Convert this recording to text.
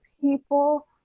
people